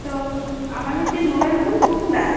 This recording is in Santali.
ᱛᱚ ᱟᱢᱟᱜ ᱪᱮᱫ ᱢᱳᱵᱟᱭᱤᱞ ᱫᱚᱠᱟᱱ ᱢᱮᱱᱟ ᱟᱠᱟᱫᱟ